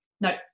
No